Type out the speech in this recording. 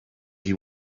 you